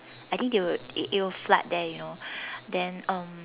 I think they would it would flood there you know then um